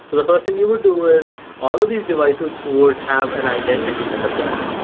so the first thing you would do is all of these devices would have an identity in the cloud.